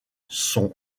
sont